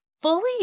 fully